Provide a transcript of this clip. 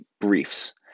briefs